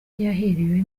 ntiyahiriwe